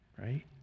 right